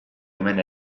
hemen